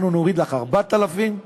אנחנו נוריד לך 4,000 שקלים,